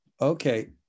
Okay